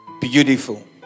Beautiful